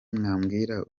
mwabwira